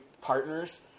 partners